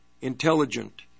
intelligent